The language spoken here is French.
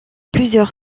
plusieurs